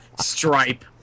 Stripe